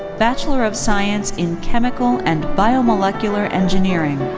bachelor of science in chemical and biomolecular engineering.